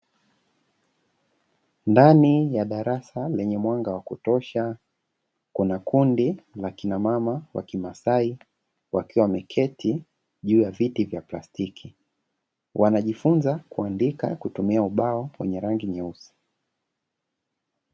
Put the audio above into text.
Ndani ya darasa lenye mwanga, kuna kundi la kina mama wa kimasai wakiwa wameketi juu ya viti vya plastiki wanajifunza kuandika kutumia ubao wenye rangi nyeusi.